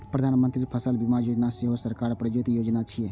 प्रधानमंत्री फसल बीमा योजना सेहो सरकार प्रायोजित योजना छियै